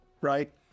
right